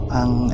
ang